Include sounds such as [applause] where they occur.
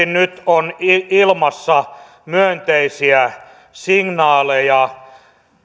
[unintelligible] nyt on ilmassa myönteisiä signaaleja